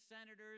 senators